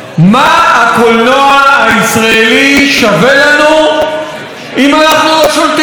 מה הקולנוע הישראלי שווה לנו אם אנחנו לא שולטים בו?